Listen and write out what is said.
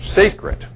secret